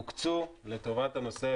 הוקצו לטובת הנושא,